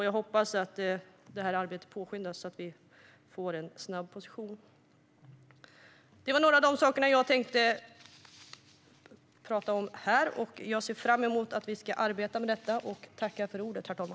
Jag hoppas att det arbetet påskyndas så att vi snabbt får en position. Det var några av de saker som jag tänkte prata om här. Jag ser fram emot att vi ska arbeta med detta.